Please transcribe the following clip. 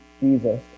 Jesus